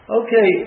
okay